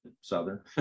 Southern